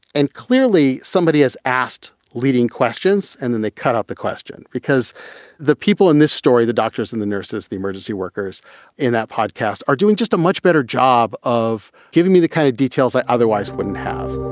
and clearly, somebody has asked leading questions. and then they cut out the question because the people in this story, the doctors and the nurses, the emergency workers in that podcast are doing just a much better job of giving me the kind of details i otherwise wouldn't have